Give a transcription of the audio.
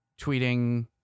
tweeting